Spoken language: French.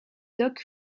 doc